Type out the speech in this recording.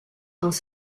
dans